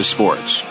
Sports